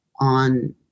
on